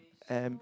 and